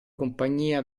compagnia